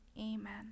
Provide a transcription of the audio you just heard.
amen